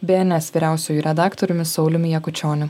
bns vyriausiuoju redaktoriumi sauliumi jakučioniu